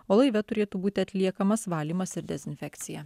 o laive turėtų būti atliekamas valymas ir dezinfekcija